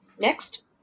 Next